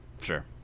sure